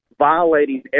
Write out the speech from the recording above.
violating